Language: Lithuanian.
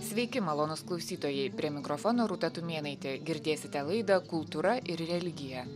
sveiki malonūs klausytojai prie mikrofono rūta tumėnaitė girdėsite laidą kultūra ir religija